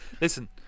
Listen